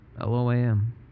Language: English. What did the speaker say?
l-o-a-m